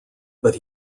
but